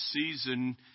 season